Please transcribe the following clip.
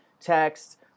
text